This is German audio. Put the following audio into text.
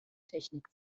technik